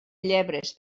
llebres